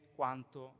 quanto